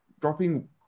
dropping